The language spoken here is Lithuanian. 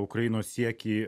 ukrainos siekį